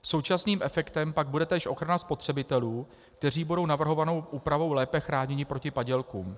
Současným efektem pak bude též ochrana spotřebitelů, kteří budou navrhovanou úpravou lépe chráněni proti padělkům.